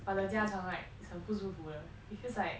but the 加床 right 很不舒服的 because like